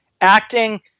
acting